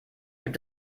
gibt